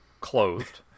clothed